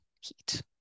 heat